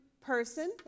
person